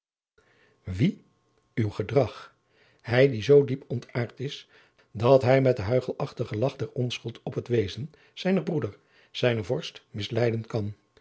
wie uw gedrag hij die zoo diep ontaart is dat hij met den huichelachtigen lagch der onschuld op het wezen zijnen broeder zijnen vorst misleiden kan